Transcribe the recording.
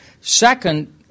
Second